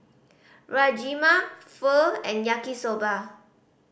Rajma Pho and Yaki Soba